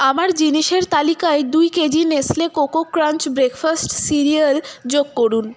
আমার জিনিসের তালিকায় দুই KG Nestle cocoa crunch breakfast cereal যোগ করুন